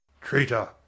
Traitor